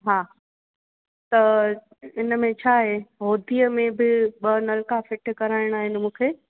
हा त हिनमें छा आहे होदीअ में बि ॿ नलका फिट कराइणा आहिनि मूंखे